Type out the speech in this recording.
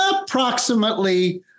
approximately